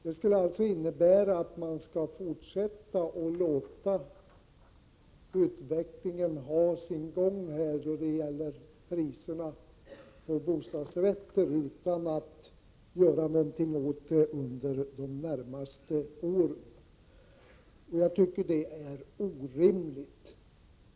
Det skulle innebära att man låter utvecklingen av priserna på bostadsrätter ha sin gång utan att göra något åt det under de närmaste åren. Jag tycker att det är orimligt.